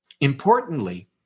Importantly